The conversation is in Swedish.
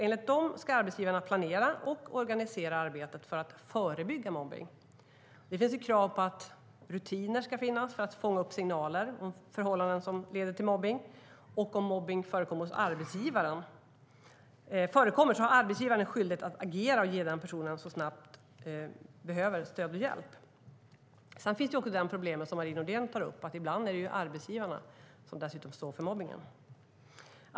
Enligt dem ska arbetsgivarna planera och organisera arbetet för att förebygga mobbning. Det finns krav på att rutiner ska finnas för att fånga upp signaler om förhållanden som leder till mobbning, och om mobbning förekommer har arbetsgivaren en skyldighet att agera och ge personen i fråga stöd och hjälp så snabbt som möjligt. Sedan finns också det problem som Marie Nordén tar upp, nämligen att det ibland är arbetsgivarna som står för mobbningen.